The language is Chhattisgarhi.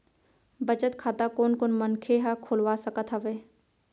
बचत खाता कोन कोन मनखे ह खोलवा सकत हवे?